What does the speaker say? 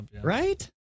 Right